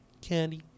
Candy